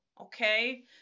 Okay